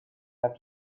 have